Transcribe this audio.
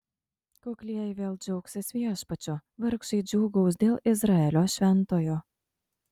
kuklieji vėl džiaugsis viešpačiu vargšai džiūgaus dėl izraelio šventojo